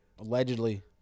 Allegedly